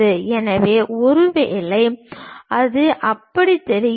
எனவே ஒருவேளை அது அப்படி தெரிகிறது